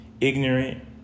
ignorant